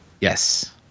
Yes